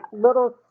little